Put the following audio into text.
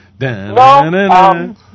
No